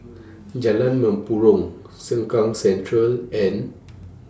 Jalan Mempurong Sengkang Central and